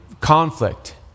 conflict